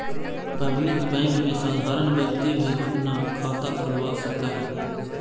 public bank में साधारण व्यक्ति भी अपना खाता खोलवा सकऽ हइ